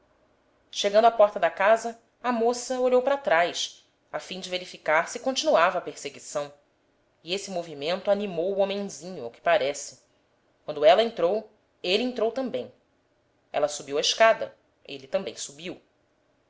chegando à porta da casa a moça olhou para trás a fim de verificar se continuava a perseguição e esse movimento animou o homenzinho ao que parece quando ela entrou ele entrou também ela subiu a escada ele também subiu